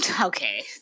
Okay